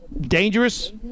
dangerous